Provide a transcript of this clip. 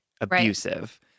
abusive